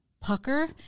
pucker